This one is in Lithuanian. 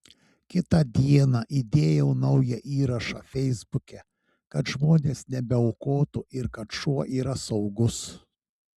kitą dieną įdėjau naują įrašą feisbuke kad žmonės nebeaukotų ir kad šuo yra saugus